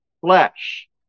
Flesh